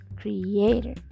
creator